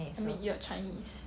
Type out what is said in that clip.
I mean you are chinese